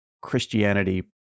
Christianity